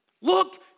look